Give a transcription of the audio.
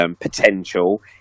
Potential